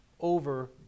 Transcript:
over